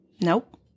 Nope